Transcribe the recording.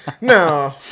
No